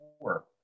four